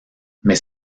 mais